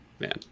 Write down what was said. Man